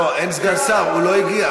לא, אין סגן שר, הוא לא הגיע.